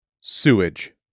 Sewage